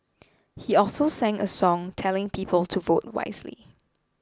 he also sang a song telling people to vote wisely